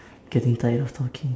getting tired of talking